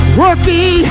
working